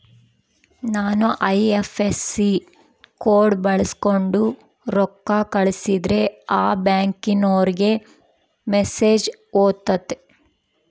ನಾವು IFSC code ಬಳಕ್ಸೋಂಡು ರೊಕ್ಕ ಕಳಸಿದ್ರೆ ಆ ಬ್ಯಾಂಕಿನೋರಿಗೆ ಮೆಸೇಜ್ ಹೊತತೆ